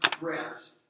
rest